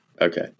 Okay